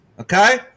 Okay